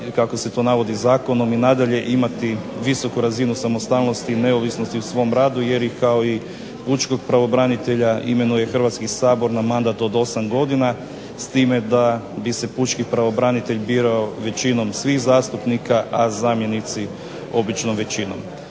kako se to navodi zakonom i nadalje imati visoku razinu samostalnosti i neovisnosti u svom radu, jer ih kao i pučkog pravobranitelja imenuje Hrvatski sabor na mandat od 8 godina, s time da bi se pučki pravobranitelj birao većinom svih zastupnika, a zamjenici običnom većinom.